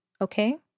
okay